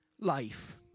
life